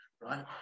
right